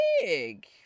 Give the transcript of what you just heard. Big